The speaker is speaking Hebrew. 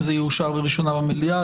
אם זה יאושר בקריאה ראשונה במליאה.